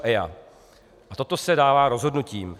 A toto se dává rozhodnutím.